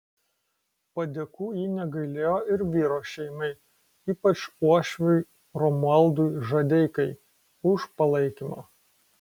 padėkų ji negailėjo ir vyro šeimai ypač uošviui romualdui žadeikai už palaikymą